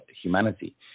humanity